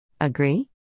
Agree